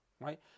right